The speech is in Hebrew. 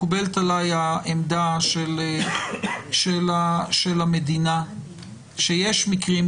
מקובלת עליי העמדה של המדינה שאומרת שיש מקרים,